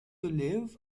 live